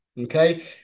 Okay